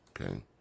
Okay